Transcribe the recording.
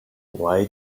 why